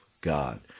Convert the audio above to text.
God